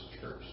church